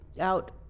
out